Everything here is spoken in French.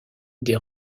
des